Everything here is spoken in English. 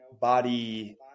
body